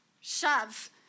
shove